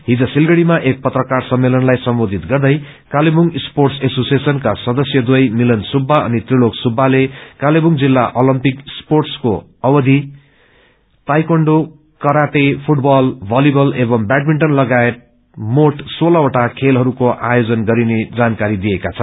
हिज सिलगङ्गीमा एक पत्रकार सम्मेलनलाई सम्मेथित गर्दै कालेपुङ स्पोटस एसोसिएशनका सदस्यहर्य मिलन सुव्या अनि त्रिलोक सुव्याले कालेवुङ जिल्ला ओलम्पिक स्पोअसको अवर्षि ताईक्वाडो कराते फूटबल भलिबल एवमू वैडमिन्टन लगायत मोठ सोलह वटा खेलहरूको आयोजन गरिने जानकारी दिएका छन्